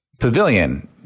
Pavilion